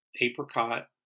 Apricot